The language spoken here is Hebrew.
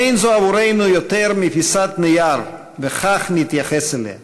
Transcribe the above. אין זו עבורנו יותר מפיסת נייר וכך נתייחס אליה.